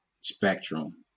spectrum